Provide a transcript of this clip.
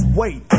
wait